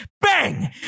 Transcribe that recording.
bang